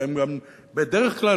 ובדרך כלל,